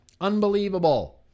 Unbelievable